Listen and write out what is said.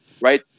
right